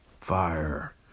Fire